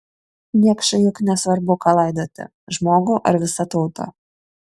niekšui juk nesvarbu ką laidoti žmogų ar visą tautą